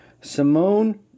Simone